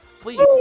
please